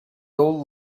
old